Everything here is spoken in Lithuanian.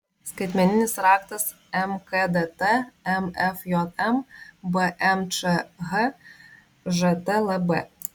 skaitmeninis raktas mkdt mfjm bmčh žtlb